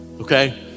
Okay